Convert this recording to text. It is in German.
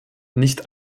nicht